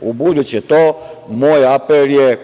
ubuduće, moj apel je